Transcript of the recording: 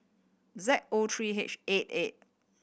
Z O three H eight eight